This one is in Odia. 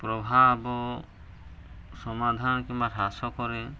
ପ୍ରଭାବ ସମାଧାନ କିମ୍ବା ହ୍ରାସ କରେ